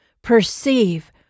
perceive